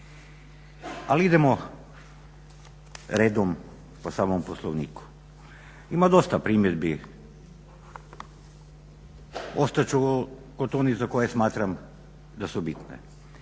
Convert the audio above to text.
Ali idemo redom po samom poslovniku. Ima dosta primjedbi. Ostat ću kod onih za koje smatram da su bitne.